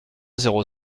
zéro